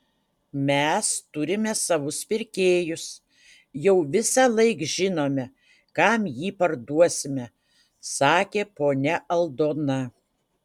mes turime savus pirkėjus jau visąlaik žinome kam jį parduosime sakė ponia aldona